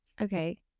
Okay